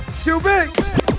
qb